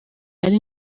ari